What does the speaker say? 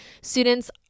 students